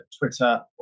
Twitter